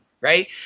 right